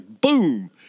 boom